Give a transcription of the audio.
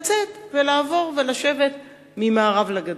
לצאת ולעבור ולשבת ממערב לגדר.